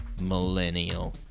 Millennial